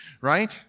right